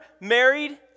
married